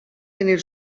tenir